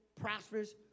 prosperous